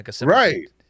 Right